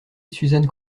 suzanne